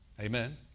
Amen